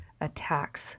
attacks